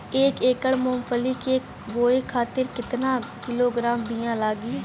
एक एकड़ मूंगफली क बोआई खातिर केतना किलोग्राम बीया लागी?